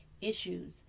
issues